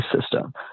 system